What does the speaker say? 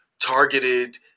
targeted